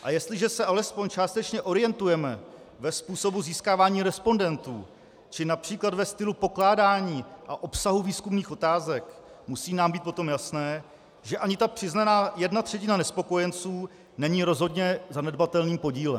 A jestliže se alespoň částečně orientujeme ve způsobu získávání respondentů, např. ve stylu pokládání a obsahu výzkumných otázek, musí nám být potom jasné, že ani ta přiznaná jedna třetina nespokojenců není rozhodně zanedbatelným podílem.